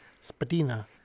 Spadina